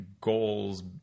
goals